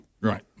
Right